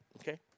Okay